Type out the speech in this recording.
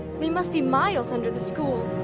we must be miles under the school.